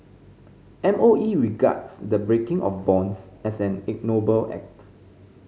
M O E regards the breaking of bonds as an ignoble act